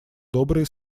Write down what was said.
добрые